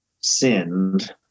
sinned